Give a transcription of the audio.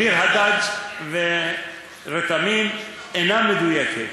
ביר-הדאג' ורתמים אינה מדויקת,